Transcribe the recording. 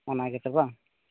ᱚᱱᱟᱜᱮ ᱛᱚᱵᱮ ᱵᱟᱝ